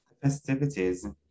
Festivities